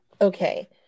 okay